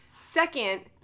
Second